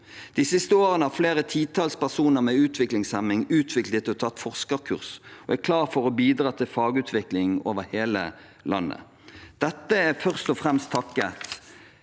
De siste årene har flere titalls personer med utviklingshemning utviklet og tatt forskerkurs og er klare for å bidra til fagutvikling over hele landet. Dette er først og fremst takket